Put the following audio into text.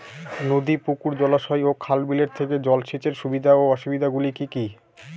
নদী পুকুর জলাশয় ও খাল বিলের থেকে জল সেচের সুবিধা ও অসুবিধা গুলি কি কি?